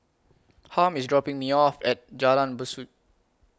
Harm IS dropping Me off At Jalan Besut